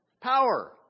power